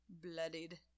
bloodied